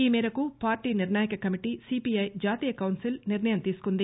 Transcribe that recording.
ఈ మేరకు పార్లీ నిర్ణయక కమిటీ సిపిఐ జాతీయ కౌన్సిల్ నిర్ణయం తీసుకుంది